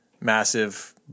massive